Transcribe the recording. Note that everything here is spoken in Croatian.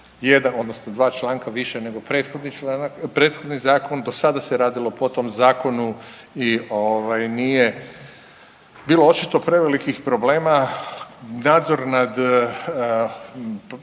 odnosno dva članka više nego prethodni članak, prethodni zakon. Do sada se radilo po tom zakonu i ovaj nije bilo očito prevelikih problema. Nadzor nad